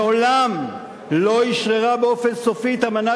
מעולם לא אשררה באופן סופי את אמנת